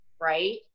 right